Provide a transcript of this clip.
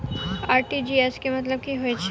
RTGS केँ मतलब की हएत छै?